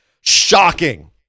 Shocking